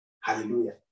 hallelujah